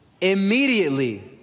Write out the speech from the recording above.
immediately